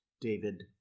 David